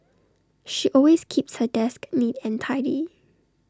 she always keeps her desk neat and tidy